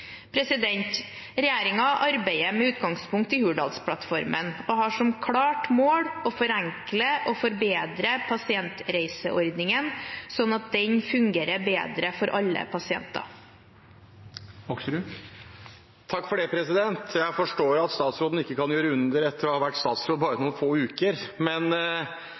arbeider med utgangspunkt i Hurdalsplattformen og har som klart mål å forenkle og forbedre pasientreiseordningen, slik at den fungerer bedre for alle pasienter. Jeg forstår at statsråden ikke kan gjøre undre etter å ha vært statsråd i bare noen få uker, men